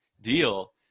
deal